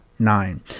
Nine